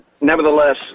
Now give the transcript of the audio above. nevertheless